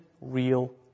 real